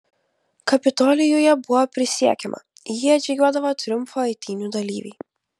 kapitolijuje buvo prisiekiama į jį atžygiuodavo triumfo eitynių dalyviai